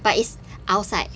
but it's outside